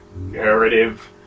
narrative